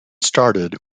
started